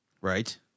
Right